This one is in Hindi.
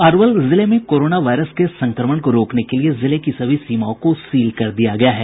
अरवल जिले में कोरोना वायरस के संक्रमण को रोकने के लिये जिले की सभी सीमाओं को सील कर दिया गया है